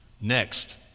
next